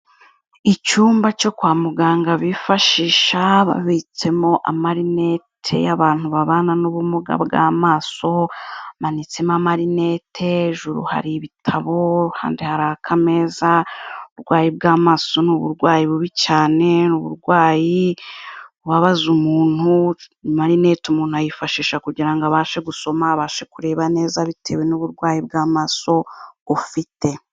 Icyumba cyo kwa muganga bifashisha babitsemo amarinete y'abantu babana n'ubumuga bw'amaso, hamanitsemo marinete hejuru hari ibitabo ahandi hari akameza, uburwayi bw'amaso ni uburwayi bubi cyane uburwayi bubabaza umuntu amarinete umuntu ayifashisha kugira ngo abashe gusoma, abashe kureba neza bitewe n'uburwayi bw'amaso ufite.